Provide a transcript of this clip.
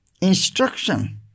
instruction